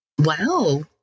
Wow